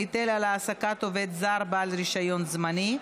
היטל על העסקת עובד זר בעל רישיון זמני),